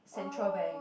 Central Bank